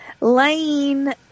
Lane